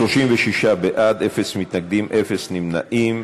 36 בעד, אין מתנגדים, אין נמנעים.